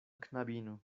knabino